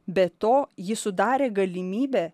be to ji sudarė galimybę